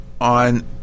on